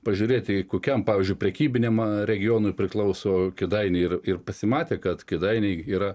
pažiūrėti kokiam pavyzdžiui prekybiniam regionui priklauso kėdainiai ir ir pasimatė kad kėdainiai yra